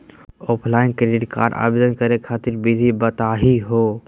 Offline credit card आवेदन करे खातिर विधि बताही हो?